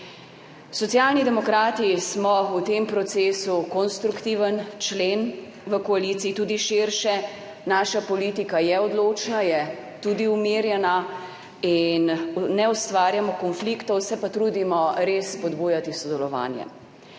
Socialni demokrati smo v tem procesu konstruktiven člen v koaliciji, tudi širše, naša politika je odločna, je tudi umirjena in ne ustvarjamo konfliktov, se pa trudimo res spodbujati sodelovanje.